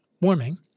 warming